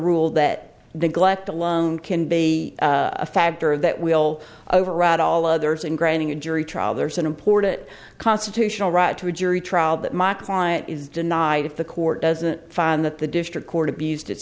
rule that neglect alone can be a factor that will override all others and granting a jury trial there's an important constitutional right to a jury trial that my client is denied if the court doesn't find that the district court abuse